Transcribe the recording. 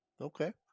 okay